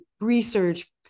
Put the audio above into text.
research